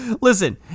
Listen